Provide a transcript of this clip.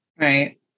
Right